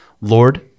Lord